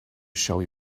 shall